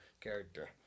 character